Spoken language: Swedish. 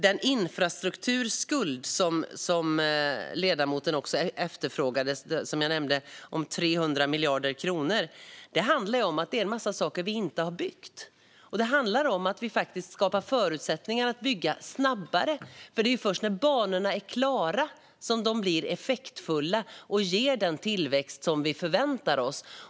Den infrastrukturskuld om 300 miljarder kronor som jag nämnde och som ledamoten efterfrågade svar om handlar om att det är en massa saker som vi inte har byggt. Det handlar om att vi skapar förutsättningar att bygga snabbare, för det är först när banorna är klara som de blir effektiva och ger den tillväxt som vi förväntar oss.